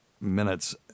minutes